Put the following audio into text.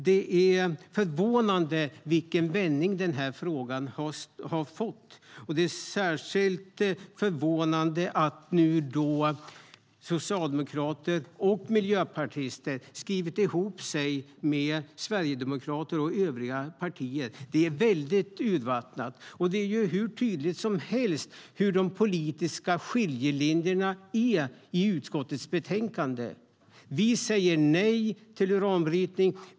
Det är förvånande vilken vändning den här frågan har tagit. Det är särskilt förvånande att socialdemokrater och miljöpartister nu har skrivit ihop sig med sverigedemokrater och övriga partier. Det är väldigt urvattnat, och det är hur tydligt som helst var de politiska skiljelinjerna går i utskottets betänkande. Vi säger nej till uranbrytning.